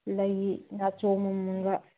ꯂꯩ ꯅꯥꯆꯣꯝ ꯑꯃꯃꯝꯒ